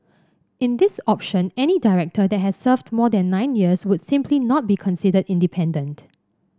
in this option any director that has served more than nine years would simply not be considered independent